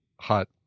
hot